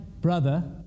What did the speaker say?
brother